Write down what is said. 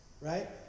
right